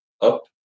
up